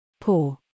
Poor